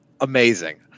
amazing